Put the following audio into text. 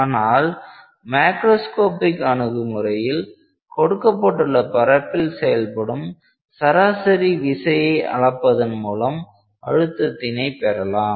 ஆனால் மாக்ரோஸ்கோப்பிக் அணுகுமுறையில் கொடுக்கப்பட்டுள்ள பரப்பில் செயல்படும் சராசரி விசையை அளப்பதன் மூலம் அழுத்தத்தினை பெறலாம்